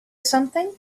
something